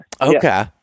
Okay